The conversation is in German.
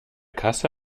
kasse